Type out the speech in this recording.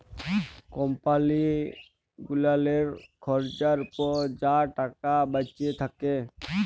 কম্পালি গুলালের খরচার পর যা টাকা বাঁইচে থ্যাকে